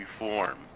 reform